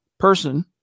person